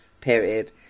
period